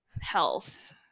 health